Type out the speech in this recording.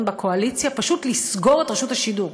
בקואליציה: פשוט לסגור את רשות השידור,